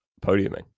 podiuming